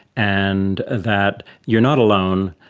and that you are not alone.